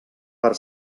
per